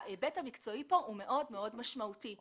ההיבט המקצועי מאוד מאוד משמעותי פה.